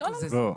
לא יקוזזו.